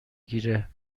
گیره